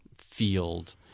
field